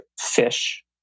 fish